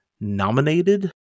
nominated